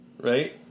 right